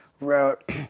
wrote